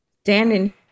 standing